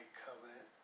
covenant